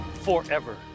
forever